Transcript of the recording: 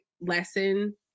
lesson